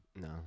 no